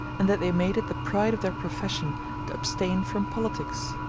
and that they made it the pride of their profession to abstain from politics.